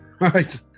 right